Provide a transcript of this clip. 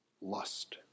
lust